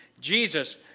Jesus